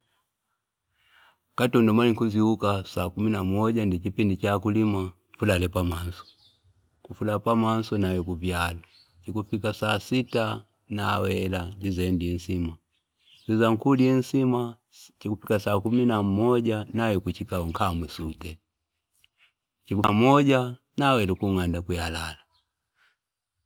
Kutondo amala nkuzyuka saa kumi na moja ngi ichipindi chakulima ifulale pamanso ngi nafulala pamanso inaya ukuvyalo chikufika saa sita inawela inchize indye insuma nkuiza nkula insima chiku fika saa kumi na moja inay akuchikao nkwama isute saa moja inawela kung'anda kuyalala.